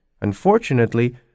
Unfortunately